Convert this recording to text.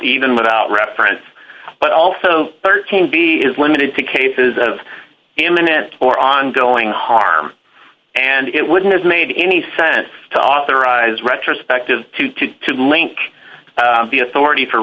even without reference but also thirteen b is limited to cases of imminent or ongoing harm and it wouldn't have made any sense to authorize retrospective to to link the authority for